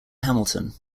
hamilton